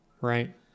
Right